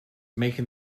making